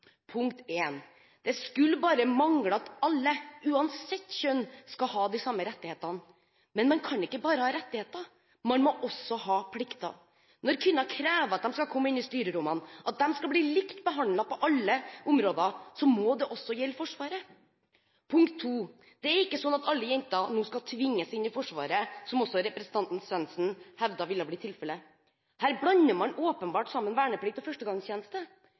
Punkt 1: Alle, uansett kjønn, skal ha de samme rettighetene – det skulle bare mangle. Men man kan ikke bare ha rettigheter, man må også ha plikter. Når kvinner krever at de skal komme inn i styrerommene, at de skal bli likt behandlet på alle områder, må det også gjelde Forsvaret. Punkt 2: Det er ikke sånn at alle jenter nå skal tvinges inn i Forsvaret, som også representanten Svendsen hevdet ville bli tilfellet. Her blander man åpenbart sammen verneplikt og førstegangstjeneste.